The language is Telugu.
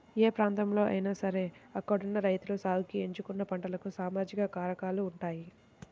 ఏ ప్రాంతంలో అయినా సరే అక్కడున్న రైతులు సాగుకి ఎంచుకున్న పంటలకు సామాజిక కారకాలు ఉంటాయి